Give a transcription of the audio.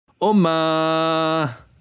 Oma